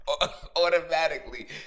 Automatically